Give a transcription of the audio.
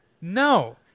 No